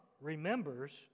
remembers